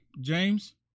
James